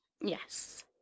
yes